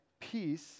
Peace